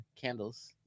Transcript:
candles